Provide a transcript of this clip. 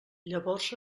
llavors